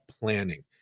planning